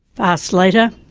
fast later.